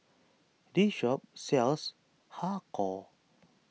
this shop sells Har Kow